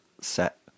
set